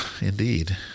indeed